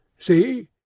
See